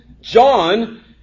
John